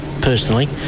personally